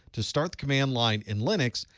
to start the command line in linux,